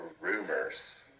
rumors